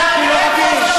שאני אתבייש?